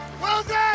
Wilson